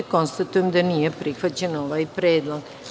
Konstatujem da nije prihvaćen predlog.